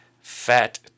Fat